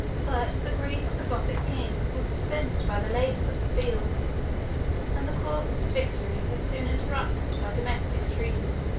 but the grief of the gothic king was suspended by the labors of the field and the course of his victories was soon interrupted by domestic treason.